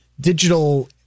digital